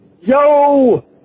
Yo